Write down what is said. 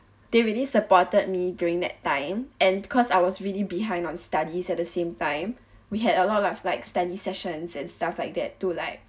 they really supported me during that time and because I was really behind on studies at the same time we had a lot of like study sessions and stuff like that to like